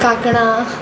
कांकणां